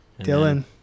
Dylan